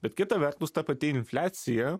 bet kita vertus ta pati infliacija